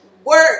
Work